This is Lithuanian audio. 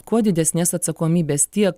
kuo didesnės atsakomybės tiek